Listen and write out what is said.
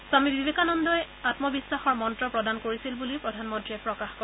স্বামী বিবেকানন্দই আম্ম বিশ্বাসৰ মন্ত্ৰ প্ৰদান কৰিছিল বুলিও প্ৰধানমন্ত্ৰীয়ে প্ৰকাশ কৰে